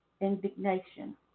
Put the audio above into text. indignation